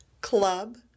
Club